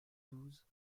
douze